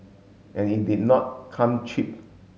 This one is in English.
and it did not come cheap